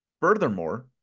Furthermore